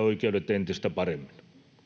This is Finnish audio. oikeudet entistä paremmin.